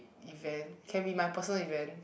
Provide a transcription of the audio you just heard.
event can be my personal event